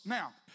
Now